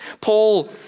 Paul